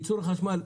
בייצור חשמל,